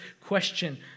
question